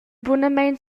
bunamein